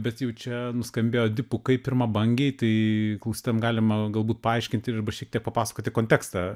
bet jau čia nuskambėjo dipukai pirmabangiai tai klausytojam galima galbūt paaiškinti arba šiek tiek papasakoti kontekstą